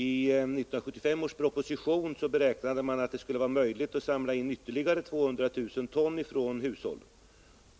I 1975 års proposition beräknade man att det skulle vara möjligt att från hushållen samla in ytterligare 200 000 ton,